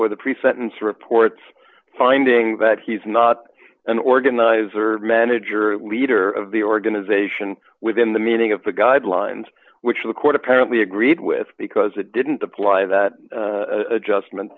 where the pre sentence reports finding that he's not an organizer manager leader of the organization within the meaning of the guidelines which the court apparently agreed with because it didn't apply that adjustment